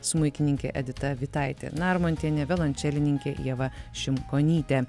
smuikininkė edita vitaitė narmontienė violončelininkė ieva šimkonytė